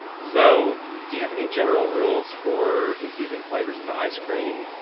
so do you have any general rules for infusing flavors into ice cream?